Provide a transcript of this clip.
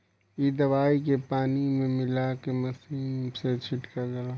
इ दवाई के पानी में मिला के मिशन से छिटल जाला